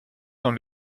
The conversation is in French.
dans